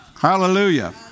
Hallelujah